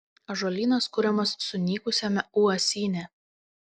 ąžuolynas kuriamas sunykusiame uosyne